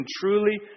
truly